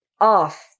Off